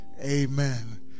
Amen